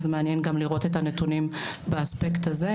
זה מעניין גם לראות את הנתונים באספקט הזה.